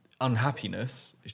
unhappiness